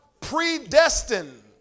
predestined